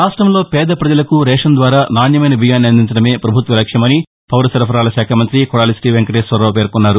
రాష్టంలో పేద ప్రజలకు రేషన్ ద్వారా నాణ్యమైన బియ్యాన్ని అందించడమే ప్రభుత్వ లక్ష్యమని పారసరఫరాల శాఖా మంతి కొడాలి శీ వెంకటేశ్వరరావు పేర్కొన్నారు